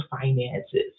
finances